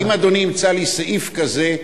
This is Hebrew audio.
אם אדוני ימצא לי סעיף כזה,